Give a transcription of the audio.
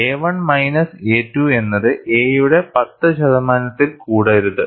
a1 minus a2 എന്നത് a യുടെ 10 ശതമാനത്തിൽ കൂടരുത്